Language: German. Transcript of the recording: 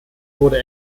wurde